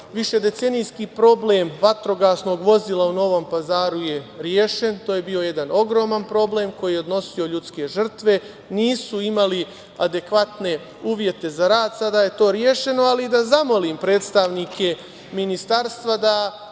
Višedecenijski problem vatrogasnog vozila u Novom Pazaru je rešen. To je bio jedan ogroman problem koji je odnosio ljudske žrtve. Nisu imali adekvatne uvijete za rad, a sada je to rešeno. Ali, zamoliću predstavnike Ministarstva da